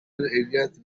areas